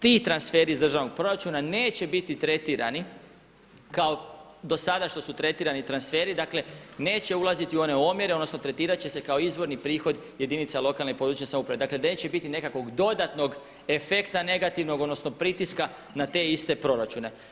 Ti transferi iz državnog proračuna neće biti tretirani kao do sada što su tretirani transferi, dakle neće ulaziti u one omjere odnosno tretirat će se kao izvorni prihod jedinica lokalne i područne samouprave, dakle neće biti nekakvog dodatnog efekta negativnog odnosno pritiska na te iste proračune.